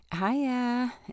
Hiya